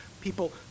people